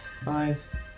Five